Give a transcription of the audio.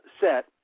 set